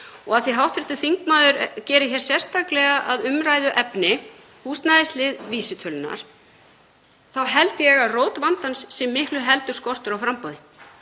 Og af því að hv. þingmaður gerir hér sérstaklega að umræðuefni húsnæðislið vísitölunnar þá held ég að rót vandans sé miklu frekar skortur á framboði